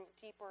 deeper